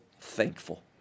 thankful